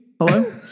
Hello